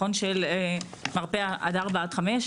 זו מרפאה עד 16:00-17:00,